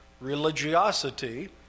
religiosity